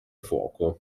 fuoco